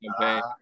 campaign